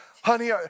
honey